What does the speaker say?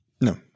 No